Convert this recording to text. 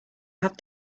have